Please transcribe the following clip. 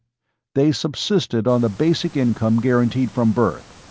they subsisted on the basic income guaranteed from birth,